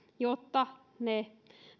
jotta ne